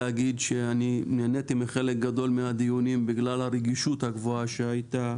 נהניתי מחלק גדול מהדיונים בגלל הרגישות הגבוהה שהיתה